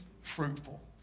fruitful